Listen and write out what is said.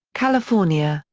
california,